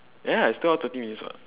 ya it's two hours thirty minutes [what]